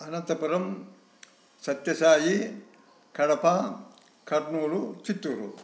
Anantapuram Sathya Sai Kadapa Kurnool Chittoor